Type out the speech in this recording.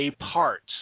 apart